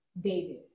David